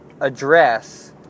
address